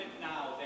now